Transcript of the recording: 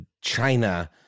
China